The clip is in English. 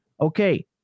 Okay